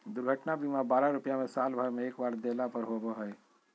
दुर्घटना बीमा बारह रुपया में साल भर में एक बार देला पर होबो हइ